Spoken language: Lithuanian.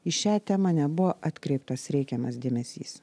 į šią temą nebuvo atkreiptas reikiamas dėmesys